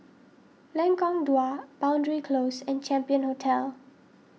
Lengkong Dua Boundary Close and Champion Hotel